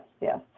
yes